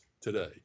today